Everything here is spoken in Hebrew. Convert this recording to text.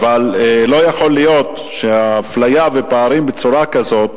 לא יכול להיות שאפליה ופערים, בצורה כזאת,